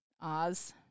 Oz